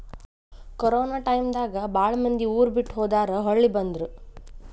corona time ದಾಗ ಬಾಳ ಮಂದಿ ಊರ ಬಿಟ್ಟ ಹೊದಾರ ಹೊಳ್ಳಿ ಬಂದ್ರ